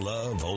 Love